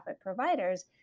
providers